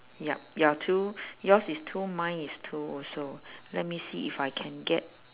yup you are two yours is two mine is two also let me see if I can get